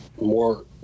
more